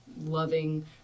loving